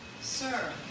Sir